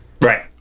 Right